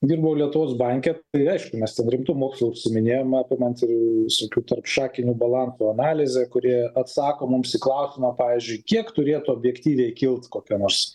dirbau lietuvos banke tai aišku mes ten rimtu mokslu užsiiminėjom apimant ir visokių tarpšakinių balansų analize kuri atsako mums į klausimą pavyzdžiui kiek turėtų objektyviai kilt kokia nors